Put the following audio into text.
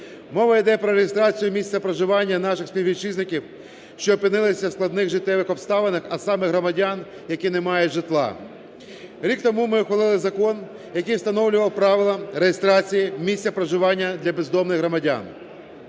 Мова йде про реєстрацію місця проживання наших співвітчизників, що опинилися в складних життєвих обставинах, а саме громадян, які не мають житла. Рік тому ми ухвалили закон, який встановлював правила реєстрації місця проживання для бездомних громадян.